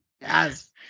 Yes